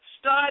stud